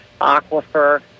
aquifer